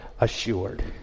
assured